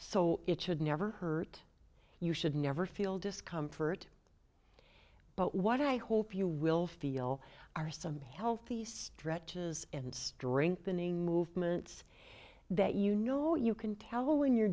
so it should never hurt you should never feel discomfort but what i hope you will feel are some healthy stretches and strengthening movements that you know you can tell when you're